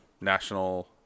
national